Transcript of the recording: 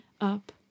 up